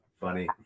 funny